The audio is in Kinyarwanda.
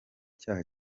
cyaha